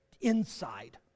inside